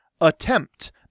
attempt